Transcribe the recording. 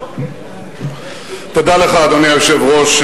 אדוני היושב-ראש,